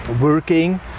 working